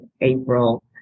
April